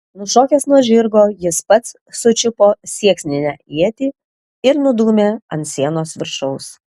nušokęs nuo žirgo jis pats sučiupo sieksninę ietį ir nudūmė ant sienos viršaus